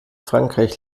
frankreich